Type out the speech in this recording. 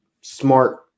smart